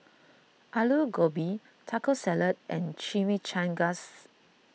Alu Gobi Taco Salad and Chimichangas